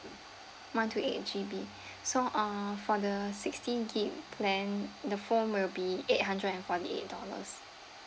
one two eight G_B so uh for the sixteen gigabytes plan the phone will be eight hundred and forty eight dollars